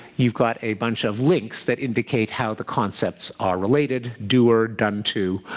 you've got a bunch of links that indicate how the concepts are related. doer, done to,